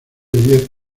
diez